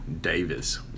Davis